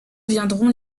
viendront